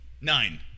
Nine